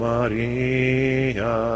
Maria